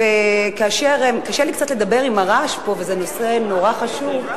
קשה לי קצת לדבר ברעש פה, וזה נושא מאוד חשוב.